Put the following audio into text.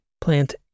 plant